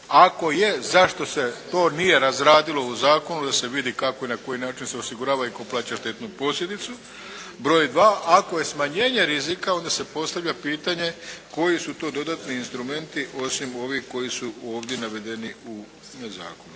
ako je zašto se to nije razradilo u zakonu da se vidi kako i na koji način se osigurava i tko plaća štetnu posljedicu. Broj dva, ako je smanjenje rizika, onda se postavlja pitanje koji su to dodatni instrumenti osim ovih koji su ovdje navedeni u zakonu.